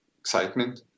excitement